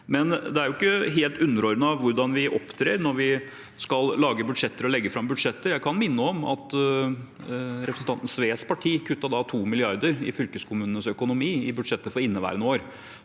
333 Det er ikke helt underordnet hvordan vi opptrer når vi skal lage og legge fram budsjetter. Jeg kan minne om at representanten Sves parti kuttet 2 mrd. kr i fylkeskommunenes økonomi i budsjettet for inneværende år.